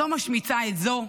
זו משמיצה את זו,